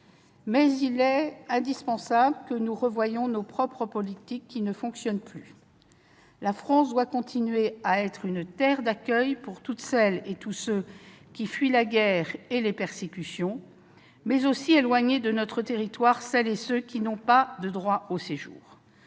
aussi indispensable que nous revoyions nos propres politiques qui ne fonctionnent plus. La France doit continuer à être une terre d'accueil pour toutes celles et tous ceux qui fuient la guerre et les persécutions ; mais nous devons aussi éloigner de notre territoire celles et ceux qui n'ont pas de droit au séjour.